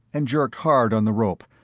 and jerked hard on the rope,